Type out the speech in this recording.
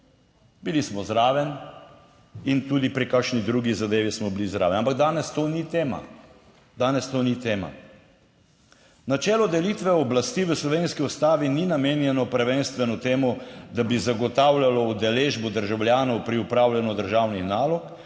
Bili smo zraven in tudi pri kakšni drugi zadevi smo bili zraven, ampak danes to ni tema. Danes to ni tema. Načelo delitve oblasti v slovenski ustavi ni namenjeno prvenstveno temu, da bi zagotavljalo udeležbo državljanov pri upravljanju državnih nalog,